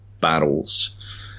battles